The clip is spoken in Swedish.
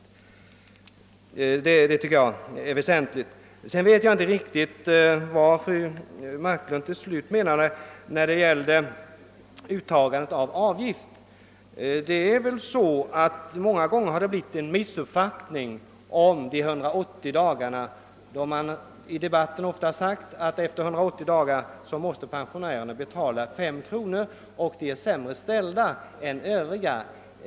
Jag vet inte riktigt vad fru Marklund menade när det gällde uttagandet av avgift. I debatten har ofta sagts att pensionärer, eftersom de efter 180 dagar får betala 5 kr., är sämre ställda än övriga medborgare. Detta är en missuppfattning. Under 180 dagar har pensionärer en förmån eftersom de då inte behöver betala någon avgift.